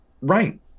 Right